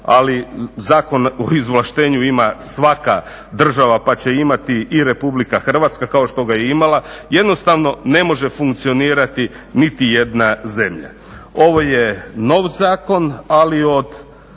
ali Zakon o izvlaštenju ima svaka država pa će imati i Republika Hrvatska, kao što ga je i imala, jednostavno ne može funkcionirati niti jedna zemlja. Ovo je nov zakon ali od